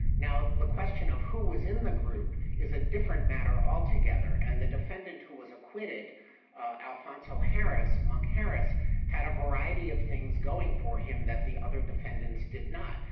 now the question of who was in the group is a different matter all together and the defendant who was acquitted alphonso harris among harris had a variety of things going for him that the other defendants did not.